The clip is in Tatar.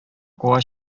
куа